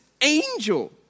angel